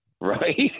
right